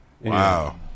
Wow